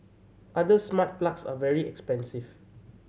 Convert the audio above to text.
other smart plugs are very expensive